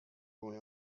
boy